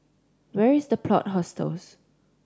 where is The Plot Hostels